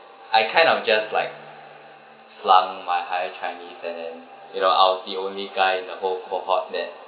I kind of just like slump my higher chinese and then you know I was the only guy in the whole cohort that